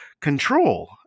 control